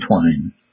twine